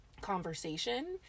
conversation